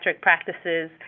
practices